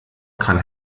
kann